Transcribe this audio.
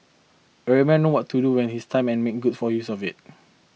a real man what to do with his time and make good full use of it